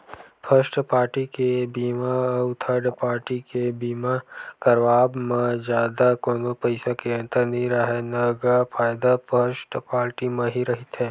first party के बीमा अउ थर्ड पाल्टी के बीमा करवाब म जादा कोनो पइसा के अंतर नइ राहय न गा फायदा फस्ट पाल्टी म ही रहिथे